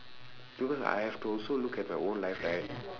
no cause I have to also look at my own life right